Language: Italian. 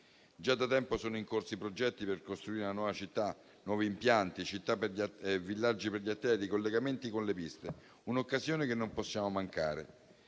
Già da tempo sono in corso progetti per costruire i nuovi impianti, i villaggi per gli atleti, i collegamenti con le piste. È un'occasione che non possiamo mancare.